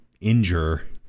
injure